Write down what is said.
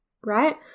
right